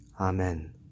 Amen